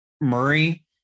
Murray